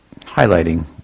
highlighting